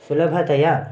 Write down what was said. सुलभतया